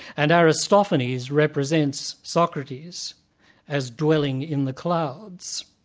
and aristophanes represents socrates as dwelling in the clouds.